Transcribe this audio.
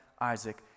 Isaac